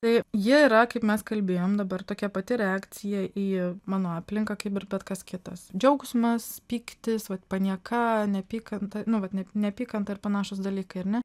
tai jie yra kaip mes kalbėjom dabar tokia pati reakcija į mano aplinką kaip ir bet kas kitas džiaugsmas pyktis panieka neapykanta nu vat nep neapykanta ir panašūs dalykai ar ne